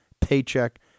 paycheck